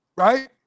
Right